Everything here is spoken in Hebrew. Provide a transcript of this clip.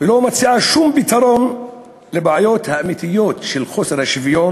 ולא מציעה שום פתרון לבעיות האמיתיות של חוסר השוויון